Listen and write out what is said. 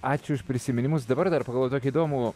ačiū už prisiminimus dabar dar pagavau tokį įdomų